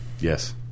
Yes